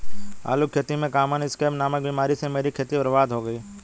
आलू की खेती में कॉमन स्कैब नामक बीमारी से मेरी खेती बर्बाद हो गई